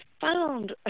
found